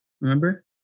Remember